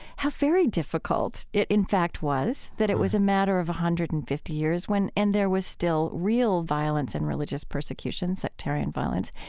how very difficult it in fact was. that it was a matter of one hundred and fifty years when and there was still real violence and religious persecution, sectarian violence,